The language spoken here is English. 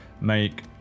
make